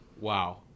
Wow